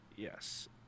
Yes